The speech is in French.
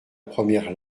première